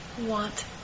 want